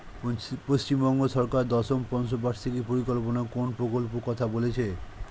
পশ্চিমবঙ্গ সরকার দশম পঞ্চ বার্ষিক পরিকল্পনা কোন প্রকল্প কথা বলেছেন?